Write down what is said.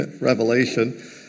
Revelation